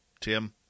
Tim